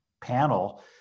panel